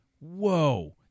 whoa